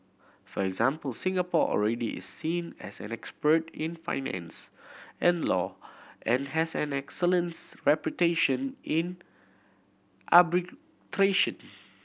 for example Singapore already is seen as an expert in finance and law and has an excellence reputation in arbitration